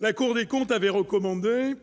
La Cour des comptes avait recommandé